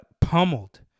Pummeled